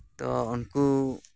ᱫᱚ ᱩᱱᱠᱩ